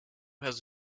has